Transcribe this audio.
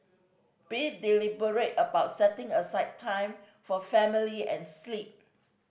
be deliberate about setting aside time for family and sleep